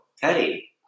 Teddy